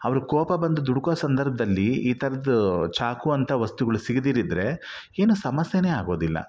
ಅವರು ಕೋಪ ಬಂದು ದುಡುಕೋ ಸಂದರ್ಭದಲ್ಲಿ ಈ ಥರದ್ದು ಚಾಕು ಅಂತ ವಸ್ತುಗಳು ಸಿಗ್ದಿದ್ದಿದ್ದರೆ ಏನು ಸಮಸ್ಯೆಯೇ ಆಗೋದಿಲ್ಲ